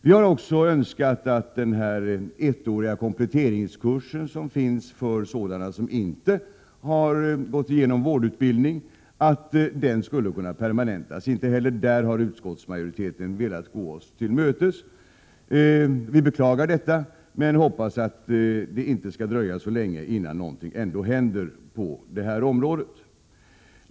Vi har också önskat att den ettåriga kompletteringskursen för sådana som inte har gått igenom vårdutbildning skulle permanentas. Inte heller på denna punkt har utskottsmajoriteten velat gå oss till mötes. Vi beklagar detta, men hoppas att det inte skall dröja så länge, innan någonting händer på detta område.